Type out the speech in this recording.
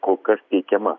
kol kas teikiama